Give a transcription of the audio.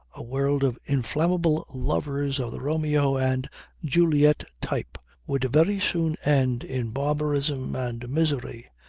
a world of inflammable lovers of the romeo and juliet type would very soon end in barbarism and misery.